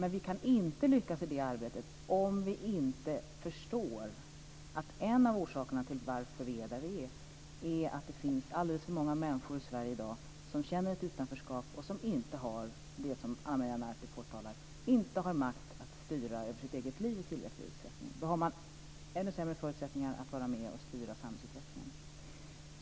Men vi kan inte lyckas i det arbetet om vi inte förstår att en av orsakerna till att vi är där vi är är att det finns alldeles för många människor i Sverige i dag som känner ett utanförskap. De har inte det som Ana Maria Narti påtalar, nämligen makt att styra över sitt eget liv i tillräcklig utsträckning. Då har man ännu sämre förutsättningar att vara med och styra samhällsutvecklingen.